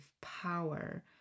power